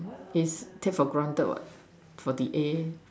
is take for granted what for the A